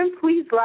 Please